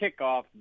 kickoff